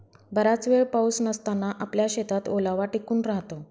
बराच वेळ पाऊस नसताना आपल्या शेतात ओलावा टिकून राहतो